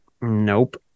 Nope